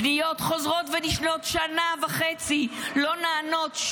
פניות חוזרות ונשנות שנה וחצי לא נענות,